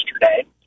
yesterday